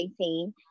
2018